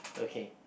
okay